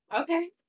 Okay